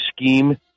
scheme